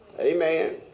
Amen